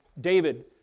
David